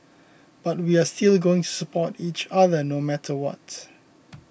but we are still going to support each other no matter what